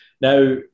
Now